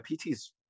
pt's